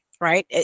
Right